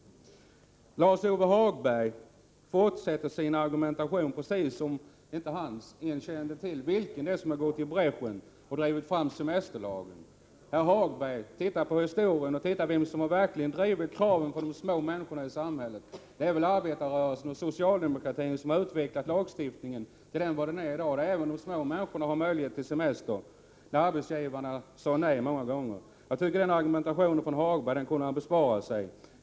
Lars-Ove Hagberg fortsätter sin argumentation som om han inte kände till vilka som gått i bräschen och drivit fram den semesterlag som gäller. Herr Hagberg! Gå tillbaka i historien och se vilka som verkligen drivit kraven från de små människorna i samhället. Det är arbetarrörelsen och socialdemokratin som har utvecklat lagstiftningen, så att den blivit vad den är i dag, när även de små människorna har möjlighet till semester. Arbetsgivarna sade nej många gånger. Jag tycker att Hagberg kunde ha besparat sig denna argumentation.